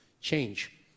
change